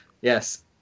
Yes